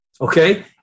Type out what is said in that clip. okay